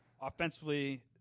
offensively